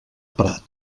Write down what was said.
prat